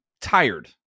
tired